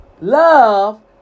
Love